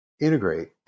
integrate